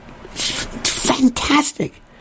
Fantastic